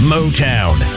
Motown